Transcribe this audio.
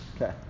Okay